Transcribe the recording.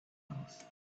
house